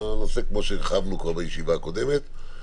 כמו שהרחבנו בישיבה הקודמת.